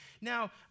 Now